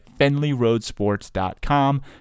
fenleyroadsports.com